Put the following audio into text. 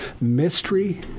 Mystery